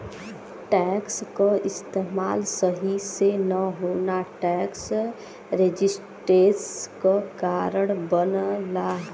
tax क इस्तेमाल सही से न होना टैक्स रेजिस्टेंस क कारण बनला